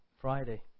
Friday